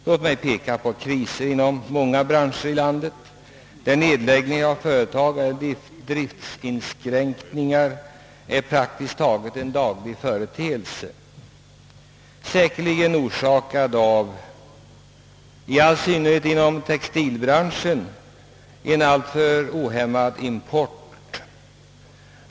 Låt mig peka på kriser inom många branscher här i landet, där nedläggning av företag och driftsinskränkningar är praktiskt taget en daglig företeelse, säkerligen orsakad — i all synnerhet inom textilbranschen — av en alltför ohämmad import.